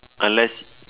unless